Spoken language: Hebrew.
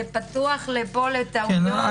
זה פתוח לטעויות.